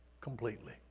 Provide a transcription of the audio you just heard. completely